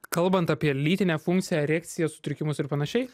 kalbant apie lytinę funkciją erekciją sutrikimus ir panašiai